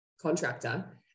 contractor